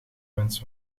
wens